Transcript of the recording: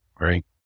Right